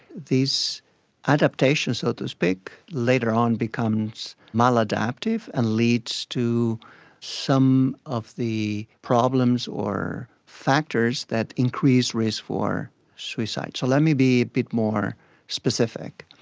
these adaptations, so to later on becomes maladaptive and leads to some of the problems or factors that increase risk for suicide. so let me be a bit more specific.